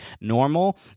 normal